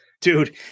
dude